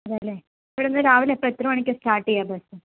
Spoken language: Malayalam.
അതെയല്ലേ ഇവിടെ നിന്ന് രാവിലെ അപ്പോൾ എത്ര മണിക്കാണ് സ്റ്റാർട്ട് ചെയ്യുക ബസ്സ്